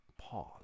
Pause